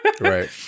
Right